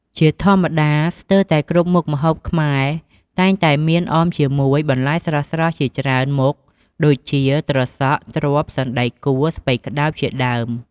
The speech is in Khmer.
ជាធម្មតាស្ទើរតែគ្រប់មុខម្ហូបខ្មែរតែងតែមានអមជាមួយបន្លែស្រស់ៗជាច្រើនមុខ ដូចជា ត្រសក់ ត្រប់ សណ្ដែកកួរ ស្ពៃក្ដោប ជាដើម។